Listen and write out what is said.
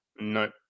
No